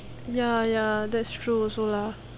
ya ya that's true also lah